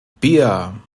bier